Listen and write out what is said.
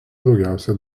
daugiausia